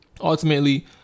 ultimately